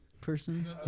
person